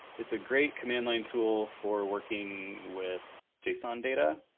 it's a great command-line tool for working with json data.